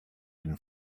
been